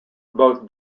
both